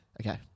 Okay